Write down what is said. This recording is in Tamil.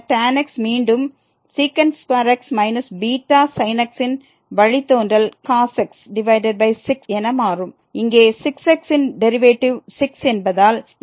பின்னர் tan x மீண்டும் x β sin x ன் வழித்தோன்றல் cos x டிவைடட் பை 6 என மாறும் இங்கே 6x ன் டெரிவேட்டிவ் 6 என்பதால்